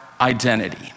identity